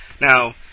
Now